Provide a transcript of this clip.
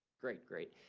great. great.